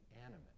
animate